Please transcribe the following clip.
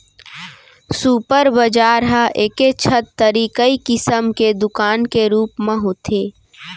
super बजार ह एके छत तरी कई किसम के दुकान के रूप म होथे